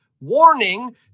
warning